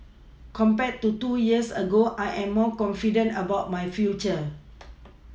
compared to two years ago I am more confident about my future